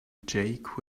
jake